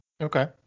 Okay